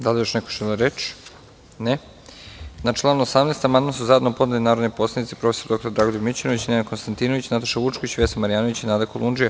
Da li još neko želi reč? (Ne) Na član 18. amandman su zajedno podneli narodni poslanici prof. dr Dragoljub Mićunović, Nenad Konstantinović, Nataša Vučković, Vesna Marjanović i Nada Kolundžija.